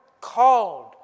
called